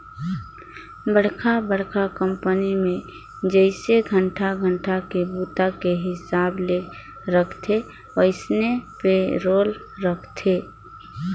बड़खा बड़खा कंपनी मे जइसे घंटा घंटा के बूता के हिसाब ले राखथे वइसने पे रोल राखथे